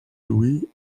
louis